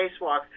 spacewalk